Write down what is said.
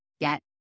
get